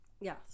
Yes